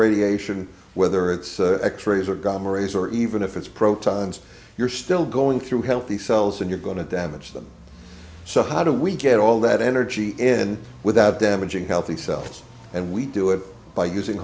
radiation whether it's x rays or gum or rays or even if it's protons you're still going through healthy cells and you're going to damage them so how do we get all that energy in without damaging healthy cells and we do it by using